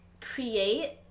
create